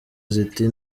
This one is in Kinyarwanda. ziti